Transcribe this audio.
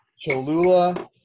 Cholula